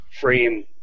frame